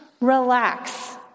relax